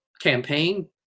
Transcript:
campaign